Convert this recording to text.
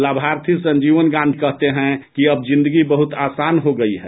लाभार्थी संजीवन गांधी कहते हैं कि अब जिंदगी बहुत आसान हो गयी है